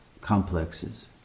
complexes